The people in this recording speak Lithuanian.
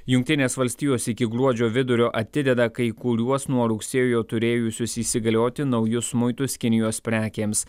jungtinės valstijos iki gruodžio vidurio atideda kai kuriuos nuo rugsėjo turėjusius įsigalioti naujus muitus kinijos prekėms